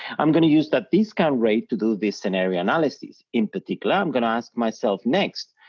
i'm gonna use that discount rate to do this scenario analysis, in particular i'm gonna ask myself next,